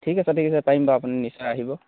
ঠিক আছে ঠিক আছে পাৰিম বাৰু আপুনি নিশ্চয় আহিব